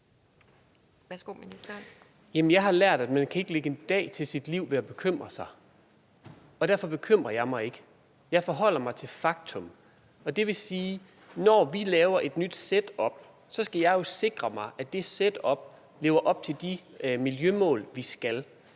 jeg har lært, at man ikke kan lægge en dag til sit liv ved at bekymre sig, og derfor bekymrer jeg mig ikke. Jeg forholder mig til fakta, og det vil sige, at når vi laver et nyt setup, skal jeg jo sikre mig, at det setup lever op til de miljømål, de skal.